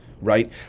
right